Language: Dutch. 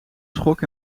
schok